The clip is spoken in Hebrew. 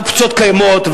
האופציות קיימות,